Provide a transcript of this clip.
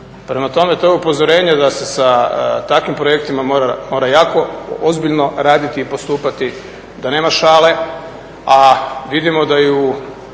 Prema tome, to je upozorenje da se sa takvim projektima mora jako ozbiljno raditi i postupati, da nema šale. A vidimo da i